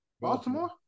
Baltimore